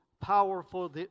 powerful